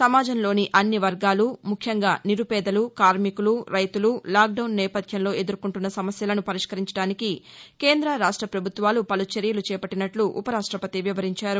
సమాజంలోని అన్నివర్గాలు ముఖ్యంగా నిరుపేదలు కార్మికులు రైతులు లాక్డౌన్ నేపథ్యంలో ఎదుర్కొంటున్న సమస్యలను పరిష్కరించడానికి కేంద్ర రాష్ట పభుత్వాలు పలు చర్యలు చేపట్టినట్లు ఉపరాష్టపతి వివరించారు